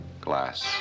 glass